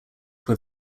were